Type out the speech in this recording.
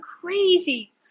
crazy